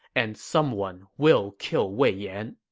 and someone will kill wei yan.